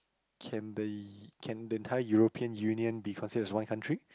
can they can the entire European Union be considered as one country